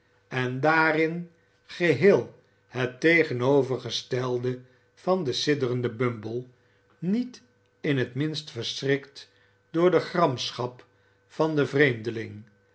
en daarin geheel het tegenovergestelde van den sidderenden bumble niet in het minst verschrikt door de gramschap van den vreemdeling